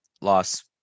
Loss